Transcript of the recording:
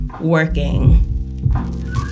working